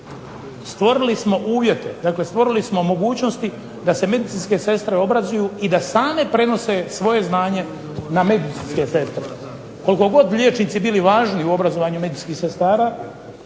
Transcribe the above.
stvorili smo uvjete, stvorili smo mogućnosti da se medicinske sestre obrazuju i da same prenose svoje znanje na medicinske sestre. Koliko god liječnici bili važni u obrazovanju medicinskih sestara,